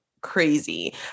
crazy